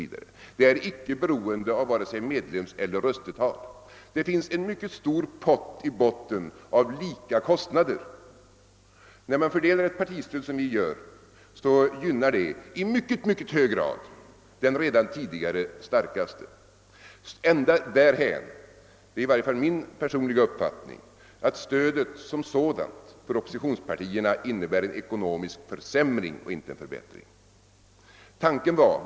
Sådana kostnader är icke beroende av vare sig medlemseller röstetal. Och det finns på utgiftssidan en mycket stor pott i botten av lika stora kostnader. När man fördelar ett partistöd på det sätt vi gör gynnar det i synnerligen hög grad det redan tidigare starkaste partiet ända därhän — det är i varje fall min personliga uppfattning — att stö det som sådant för oppositionspartierna innebär ekonomisk försämring och inte en förbättring.